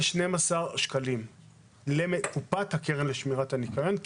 פסולת 112 שקלים לקופת הקרן לשמירת הניקיון.